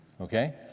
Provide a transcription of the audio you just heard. Okay